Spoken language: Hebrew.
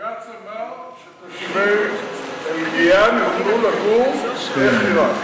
הבג"ץ אמר שתושבי אלחיראן יוכלו לגור בחירן.